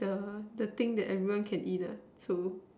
the the thing everyone can eat lah so